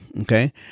okay